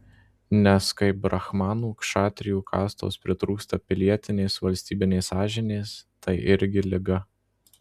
nes kai brahmanų kšatrijų kastos pritrūksta pilietinės valstybinės sąžinės tai irgi liga